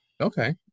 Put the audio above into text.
Okay